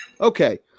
Okay